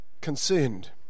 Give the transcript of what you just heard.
concerned